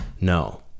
no